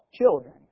children